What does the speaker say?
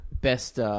best